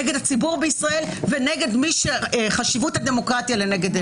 נגד הציבור בישראל ונגד מי שחשיבות הדמוקרטיה לנגד עיניו.